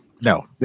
No